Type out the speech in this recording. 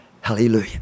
hallelujah